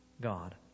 God